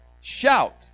shout